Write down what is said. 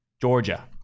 Georgia